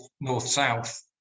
north-south